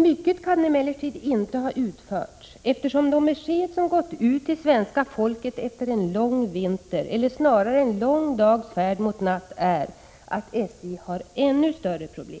Mycket kan emellertid inte ha utförts, eftersom de besked som gått ut till svenska folket efter en lång vinter — eller snarare en lång dags färd mot natt — är att SJ har ännu större problem.